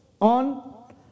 on